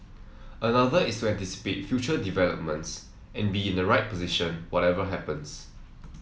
another is to anticipate future developments and be in the right position whatever happens